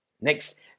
Next